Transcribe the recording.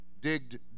digged